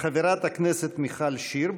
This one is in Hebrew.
חברת הכנסת מיכל שיר,